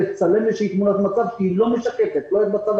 איזושהי תמונת מצב שהיא לא משקפת לא את מצב